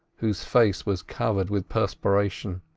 whose face was covered with perspiration.